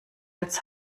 als